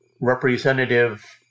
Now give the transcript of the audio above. representative